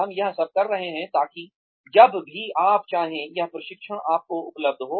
हम यह सब कर रहे हैं ताकि जब भी आप चाहें यह प्रशिक्षण आपको उपलब्ध हो